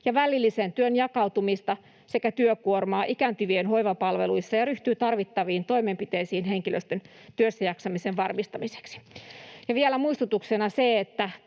ja välillisen työn jakautumista sekä työkuormaa ikääntyvien hoivapalveluissa ja ryhtyy tarvittaviin toimenpiteisiin henkilöstön työssäjaksamisen varmistamiseksi.” Vielä muistutuksena,